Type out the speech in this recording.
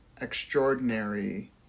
extraordinary